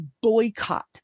boycott